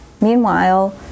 meanwhile